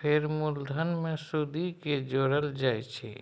फेर मुलधन मे सुदि केँ जोरल जाइ छै